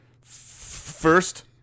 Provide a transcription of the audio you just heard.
first